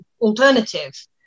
alternative